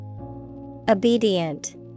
Obedient